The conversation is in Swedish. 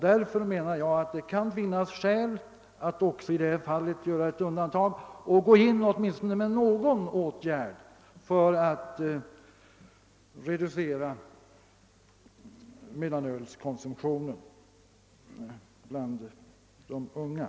Därför kan det finnas skäl att även i detta fall göra ett undantag och att vidta åtminstone någon åtgärd för att reducera mellanölskonsumtionen bland de unga.